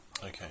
Okay